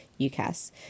UCAS